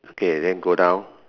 okay then go down